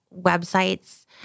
websites